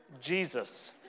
Jesus